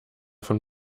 von